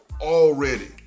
already